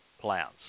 plans